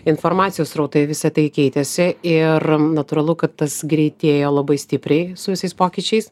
informacijos srautai visa tai keitėsi ir natūralu kad tas greitėjo labai stipriai su visais pokyčiais